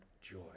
joy